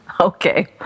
Okay